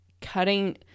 cutting –